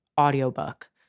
audiobook